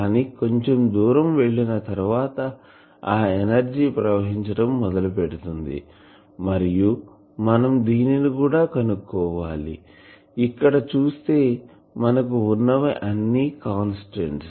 కానీ కొంచెం దూరం వెళ్లిన తరువాత ఆ ఎనర్జీ ప్రవహించడం మొదలు పెడుతుంది మరియు మనం దీనిని కూడా కనుక్కోవాలిఇక్కడ చూస్తే మనకు వున్నవి అన్ని కాన్స్టాంట్స్